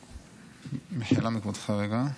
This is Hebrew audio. במחילה מכבודך, רגע.